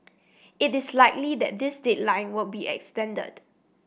it is likely that this deadline will be extended